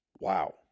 Wow